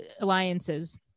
alliances